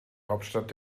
hauptstadt